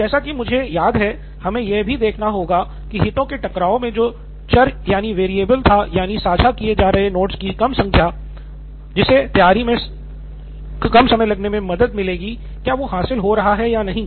और जैसा की मुझे याद है हमे यह भी देखना होगा की हितों के टकराव में जो चर यानि वेरियबल था यानि साझा किए जा रहे नोट्स की कम संख्या जिससे तैयारी मे समय कम लगेगा वो हासिल हो रहा है की नहीं